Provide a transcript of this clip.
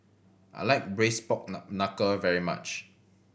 I like braised pork knuckle very much